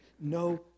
No